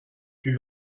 plus